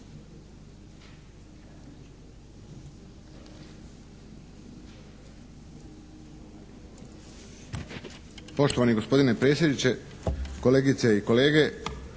Poštovani gospodine predsjedniče, kolegice i kolege.